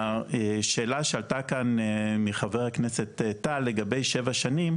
השאלה שעלתה כאן מחבר הכנסת טל לגבי שבע שנים,